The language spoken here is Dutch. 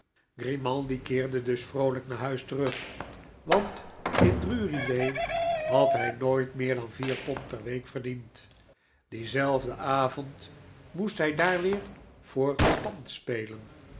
grimaldi keerde dus vroolijk naar huis terug want in drury-lane had hij nooit meer dan vier pond per week verdiend dienzelfden avond moest hij daar weer voor pan